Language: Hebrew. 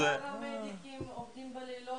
עובדים בלילות,